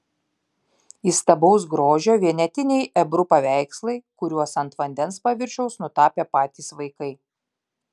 įstabaus grožio vienetiniai ebru paveikslai kuriuos ant vandens paviršiaus nutapė patys vaikai